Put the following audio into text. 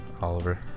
Oliver